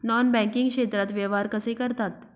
Non banking क्षेत्रात व्यवहार कसे करतात?